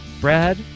Brad